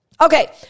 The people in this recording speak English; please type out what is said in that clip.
Okay